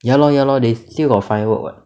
ya lor ya lor they still got firework [what]